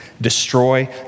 destroy